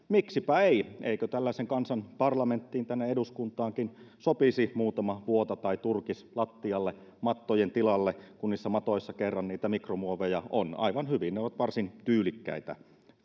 miksipä ei eikö tällaisen kansan parlamenttiin tänne eduskuntaankin sopisi muutama vuota tai turkis lattialle mattojen tilalle kun niissä matoissa kerran niitä mikromuoveja on aivan hyvin ne ovat varsin tyylikkäitä